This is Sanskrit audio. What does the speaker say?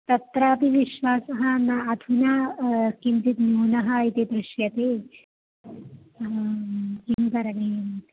तत्रापि विश्वासः न अधुना किञ्चित् न्यूनः इति दृश्यते किं करणीयम् इति